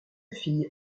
fille